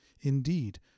Indeed